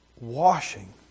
Washing